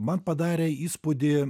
man padarė įspūdį